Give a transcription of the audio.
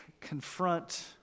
confront